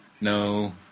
No